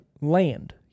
Land